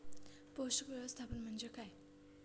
पोषक व्यवस्थापन म्हणजे काय?